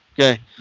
Okay